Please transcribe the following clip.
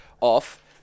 off